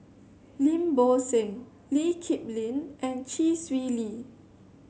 Lim Bo Seng Lee Kip Lin and Chee Swee Lee